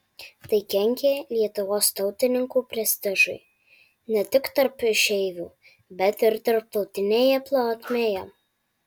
tai kenkė lietuvos tautininkų prestižui ne tik tarp išeivių bet ir tarptautinėje plotmėje